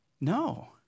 No